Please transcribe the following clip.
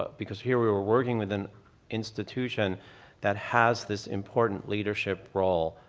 because here we were working with an institution that has this important leadership role,